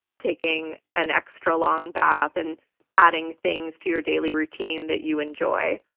taking an extra-long bath and adding things to your daily routine that you enjoy.